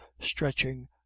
stretching